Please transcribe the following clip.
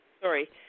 Sorry